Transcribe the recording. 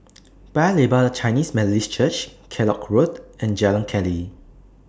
Paya Lebar Chinese Methodist Church Kellock Road and Jalan Keli